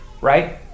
right